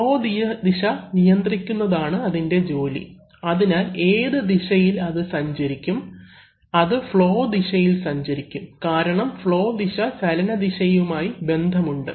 flow ദിശ നിയന്ത്രിക്കുന്നതാണ് അതിൻറെ ജോലി അതിനാൽ ഏത് ദിശയിൽ അത് സഞ്ചരിക്കും അത് ഫ്ളോ ദിശയിൽ സഞ്ചരിക്കും കാരണം ഫ്ളോ ദിശ ചലന ദിശയുമായി ബന്ധമുണ്ട്